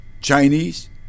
Chinese